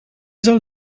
soll